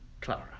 Clara